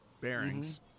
Bearings